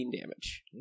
damage